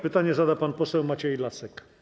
Pytanie zada pan poseł Maciej Lasek.